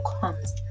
comes